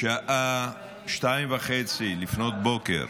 בשעה 02:30 לפנות בוקר